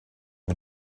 mit